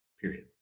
period